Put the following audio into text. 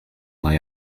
lay